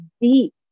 deep